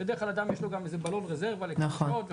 בדרך כלל יש לבן אדם בלון רזרבה וכו'.